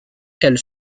elles